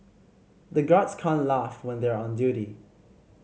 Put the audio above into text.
the guards can't laugh when they are on duty